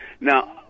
Now